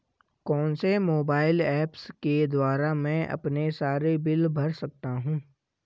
कौनसे mobile apps के द्वारा मैं अपने सारे बिल भर सकता हूं?